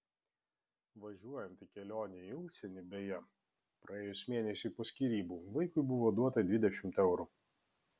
važiuojant į kelionę į užsienį beje praėjus mėnesiui po skyrybų vaikui buvo duota dvidešimt eurų